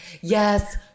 Yes